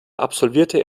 absolvierte